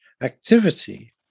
activity